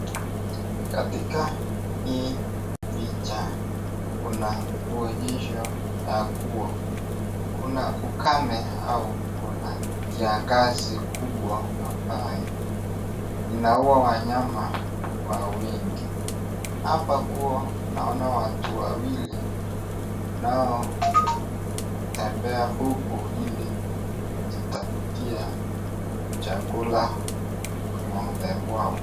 Katika hii picha kuna uonyesho ya kuwa kuna ukame au kuna kiangazi kubwa ambaye inaua wanyama kwa wingi. Hapa kuwa naona watu wawili wanao kutembea huku ili kujitafutia chakula ng'ombe wao.